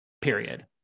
period